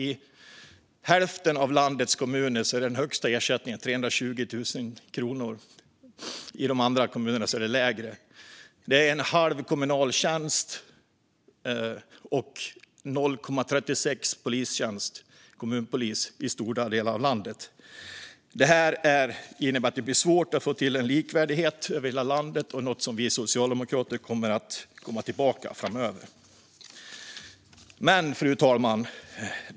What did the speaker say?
I hälften av landets kommuner är alltså ersättningen som högst 320 000 kronor; i många kommuner är den lägre. Det är en halv kommunal tjänst, och i stora delar av landet finns 0,36 kommunpolistjänster. Detta innebär att det blir svårt att få till en likvärdighet över hela landet, vilket är något vi socialdemokrater kommer att komma tillbaka till framöver. Fru talman!